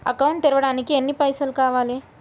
Account తెరవడానికి ఎన్ని పైసల్ కావాలే?